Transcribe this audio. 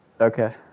Okay